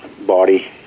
Body